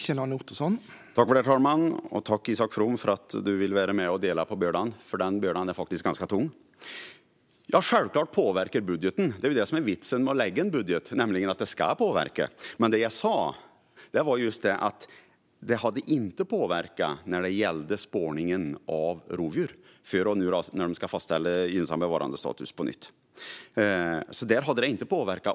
Herr talman! Tack för att du vill vara med och dela bördan, Isak From, för den är ganska tung! Självfallet påverkar budgeten. Vitsen med att lägga fram en budget är ju att den ska påverka. Men det jag sa var att den inte påverkade när det gäller spårningen av rovdjur, förrän nu när gynnsam bevarandestatus ska fastställas på nytt.